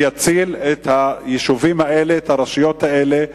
שיצילו את היישובים האלה, את הרשויות האלה.